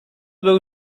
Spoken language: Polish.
był